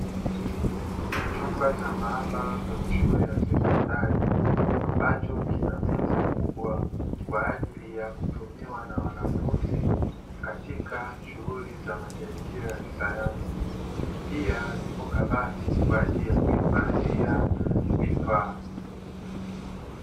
Chumba cha maabara kwenye shule ya sekondari ambacho kina meza kubwa, kwa ajili ya kutumiwa na wanafunzi katika shughuli za majaribio ya kisayansi pia zipo kabati kwa ajili ya kuhifadhia vifaa.